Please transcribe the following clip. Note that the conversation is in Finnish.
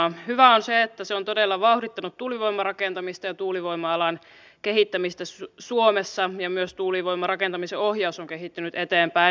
hyvää on se että se on todella vauhdittanut tuulivoimarakentamista ja tuulivoima alan kehittämistä suomessa ja myös tuulivoimarakentamisen ohjaus on kehittynyt eteenpäin